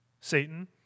Satan